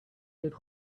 did